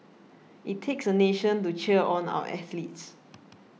it takes a nation to cheer on our athletes